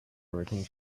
everything